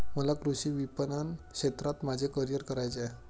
मला कृषी विपणन क्षेत्रात माझे करिअर करायचे आहे